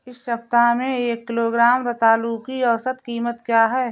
इस सप्ताह में एक किलोग्राम रतालू की औसत कीमत क्या है?